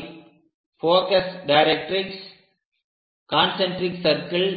அவை focus directrix concentric circle